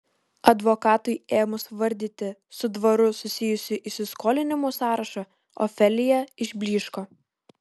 advokatui ėmus vardyti su dvaru susijusių įsiskolinimų sąrašą ofelija išblyško